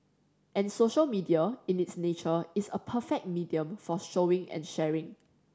and social media in its nature is a perfect medium for showing and sharing